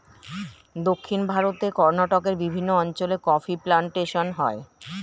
দক্ষিণ ভারতে কর্ণাটকের বিভিন্ন অঞ্চলে কফি প্লান্টেশন হয়